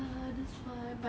ya that's why